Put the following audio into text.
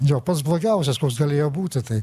jo pats blogiausias koks galėjo būti tai